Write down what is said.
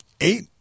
eight